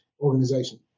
organization